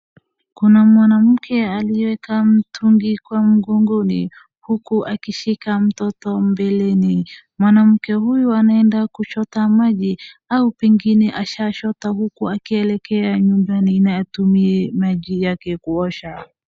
Kuna mwanamke aliyeweka mtungi kwa mgongoni huku akishika mtoto mbeleni. Mwanamke huyu anaendasa kuchota maji au pengine ashachota huku akielekea nyumbani na atumie maji yake kuosha.